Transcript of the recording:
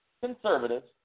conservatives